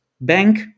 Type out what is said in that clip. bank